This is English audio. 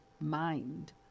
mind